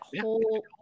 whole